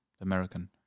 American